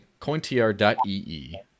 cointr.ee